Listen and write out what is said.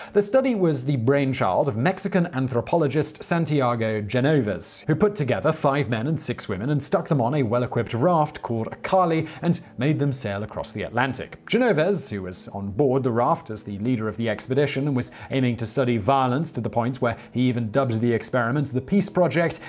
the study was a brainchild of mexican anthropologist santiago genoves, who put together five men and six women, and stuck them on a well-equipped raft call acali, and made them sail across the atlantic. genoves, who was onboard the raft as the leader of the expedition and was aiming to study violence to the point where he even dubbed the experiment the peace project,